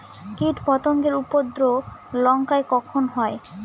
কীটপতেঙ্গর উপদ্রব লঙ্কায় কখন হয়?